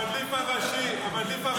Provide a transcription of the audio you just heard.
המדליף הראשי, המדליף הראשי.